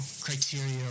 criteria